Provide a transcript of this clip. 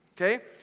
okay